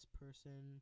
person